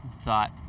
thought